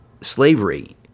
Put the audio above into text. slavery